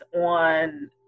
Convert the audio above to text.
on